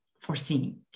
foreseen